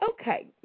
okay